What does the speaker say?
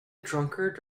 drunkard